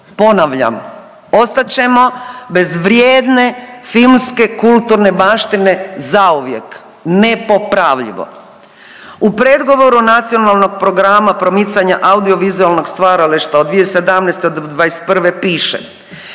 Ponavljam ostat ćemo bez vrijedne filmske kulturne baštine zauvijek, nepopravljivo! U predgovoru Nacionalnog programa promicanja audio-vizualnog stvaralaštva od 2017. do 2021. piše: